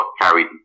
carried